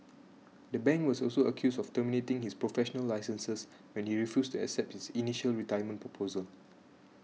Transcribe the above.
the bank was also accused of terminating his professional licenses when you refused to accept its initial retirement proposal